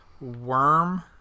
worm